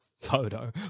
photo